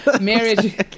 marriage